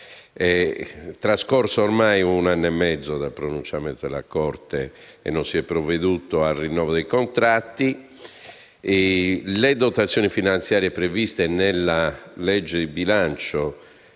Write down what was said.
trascorso ormai un anno e mezzo dal pronunciamento della Corte e non si è provveduto al rinnovo dei contratti. Le dotazioni finanziarie previste nella legge di bilancio,